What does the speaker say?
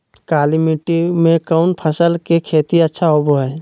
काली मिट्टी में कौन फसल के खेती अच्छा होबो है?